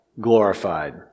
glorified